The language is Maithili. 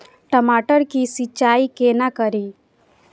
टमाटर की सीचाई केना करी?